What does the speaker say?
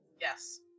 Yes